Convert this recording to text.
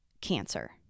cancer